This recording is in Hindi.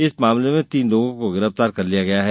इस मामले में तीन लोगों को गिरफ्तार किया है